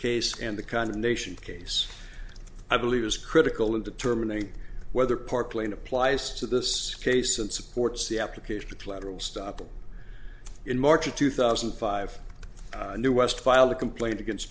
case and the condemnation case i believe is critical in determining whether park lane applies to this case and supports the application of collateral stoppel in march of two thousand and five new west filed a complaint against